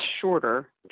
shorter